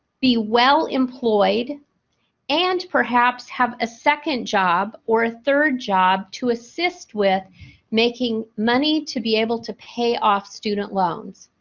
be well employed and perhaps have a second job or a third job to assist with making money to be able to pay off student loans.